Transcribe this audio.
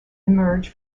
emerge